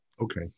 Okay